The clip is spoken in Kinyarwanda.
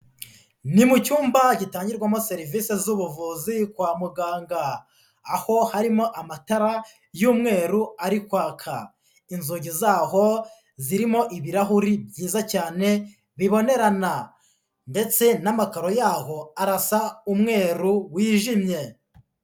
Ni mu cyumba gitangirwamo serivisi z'ubuvuzi kwa muganga, aho harimo amatara y'umweru ari kwaka. Inzugi zaho zirimo ibirahuri byiza cyane bibonerana ndetse n'amakaro yaho arasa umweru wijimye.